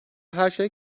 herşey